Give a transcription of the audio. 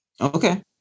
okay